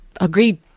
agreed